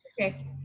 okay